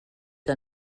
que